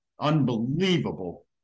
Unbelievable